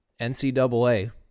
NCAA